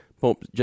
Pope